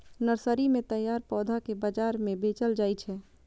nursery मे तैयार पौधा कें बाजार मे बेचल जाइ छै